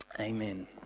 Amen